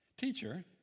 Teacher